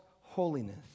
holiness